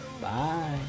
Bye